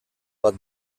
bat